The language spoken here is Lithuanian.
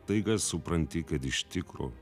staiga supranti kad iš tikro